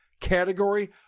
category